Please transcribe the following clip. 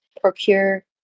procure